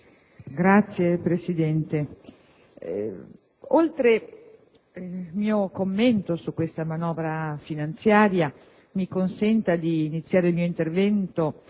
Signor Presidente, oltre al mio commento su questa manovra finanziaria, mi consenta di iniziare il mio intervento